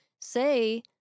say